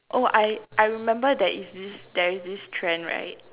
oh I I remember there is this there is this trend right